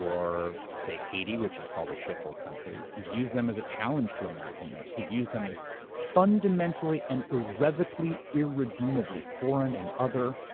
or say, haiti, which he called a shit-hole country. he views them as a challenge to americanness. he views them as fundamentally and irrevocably irredeemably foreign and other,